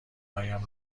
هایم